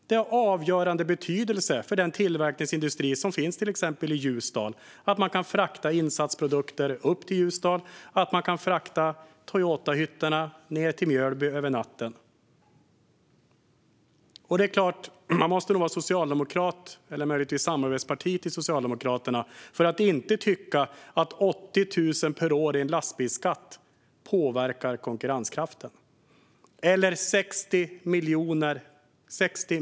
Det är av avgörande betydelse för den tillverkningsindustri som finns till exempel i Ljusdal att man kan frakta insatsprodukter upp till Ljusdal och att man kan frakta Toyotahytterna ned till Mjölby över natten. Man måste nog vara socialdemokrat eller möjligtvis tillhöra ett samarbetsparti till Socialdemokraterna för att inte tycka att 80 000 kronor per år i en lastbilsskatt eller 60 miljarder i skattehöjningar påverkar konkurrenskraften.